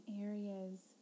areas